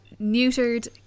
neutered